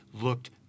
looked